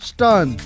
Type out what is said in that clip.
Stun